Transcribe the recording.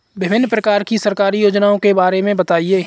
विभिन्न प्रकार की सरकारी योजनाओं के बारे में बताइए?